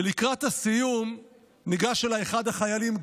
ולקראת הסיום ניגש אליי אחד החיילים,